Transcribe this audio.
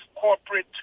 corporate